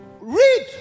read